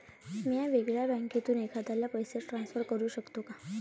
म्या वेगळ्या बँकेतून एखाद्याला पैसे ट्रान्सफर करू शकतो का?